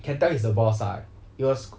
can tell he is the boss lah it was